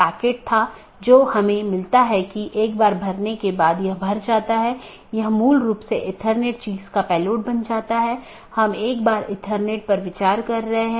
packet IBGP साथियों के बीच फॉरवर्ड होने के लिए एक IBGP जानकार मार्गों का उपयोग करता है